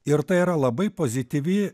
ir tai yra labai pozityvi